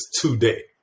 today